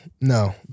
no